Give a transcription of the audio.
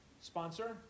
sponsor